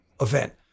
event